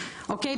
אוקיי?